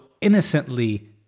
innocently